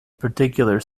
particular